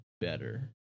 better